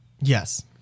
Yes